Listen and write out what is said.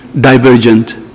divergent